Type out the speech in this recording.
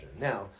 Now